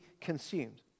consumed